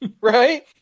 Right